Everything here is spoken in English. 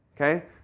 Okay